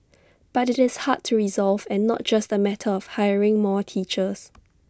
but IT is hard to resolve and not just A matter of hiring more teachers